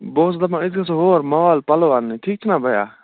بہٕ اوسُس دَپان أسۍ گَژھو ہور مال پَلو اںنہِ ٹھیٖک چھُنا بیا